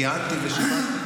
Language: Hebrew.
כיהנתי ושירתי פה.